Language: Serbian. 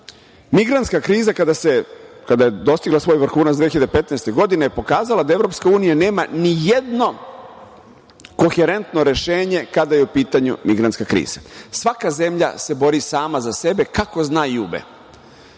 Migrantska kriza, kada je dostigla svoj vrhunac 2015. godine, pokazala je da EU nema nijedno koherentno rešenje kada je u pitanju migrantska kriza. Svaka zemlja se bori sama za sebe kako zna i ume. Što